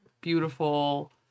beautiful